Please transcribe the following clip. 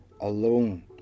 alone